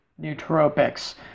nootropics